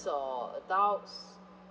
or adults